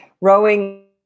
rowing